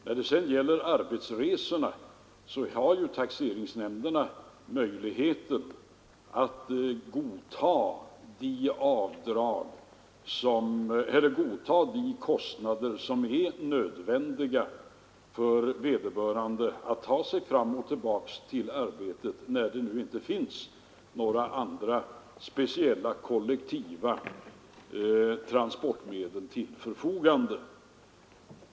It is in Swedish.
När det sedan gäller arbetsresorna har ju taxeringsnämnderna möjligheter att godta de kostnader som är nödvändiga för att vederbörande skall kunna ta sig till och från arbetet då det inte finns några kollektiva transportmedel till förfogande.